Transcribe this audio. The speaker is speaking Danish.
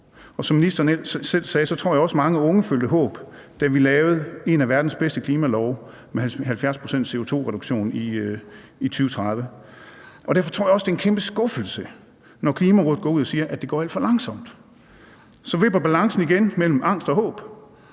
og som ministeren selv sagde, tror jeg også, at mange unge følte et håb, da vi lavede en af verdens bedste klimalove med en 70-procents-CO2-reduktion i 2030. Derfor tror jeg også, det er en kæmpe skuffelse, når Klimarådet går ud og siger, at det går alt for langsomt. Så vipper balancen igen mellem angst og håb.